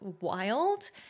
wild